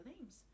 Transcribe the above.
names